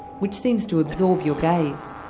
which seems to absorb your gaze,